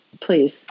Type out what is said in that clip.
please